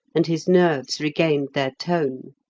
and his nerves regained their tone.